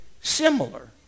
similar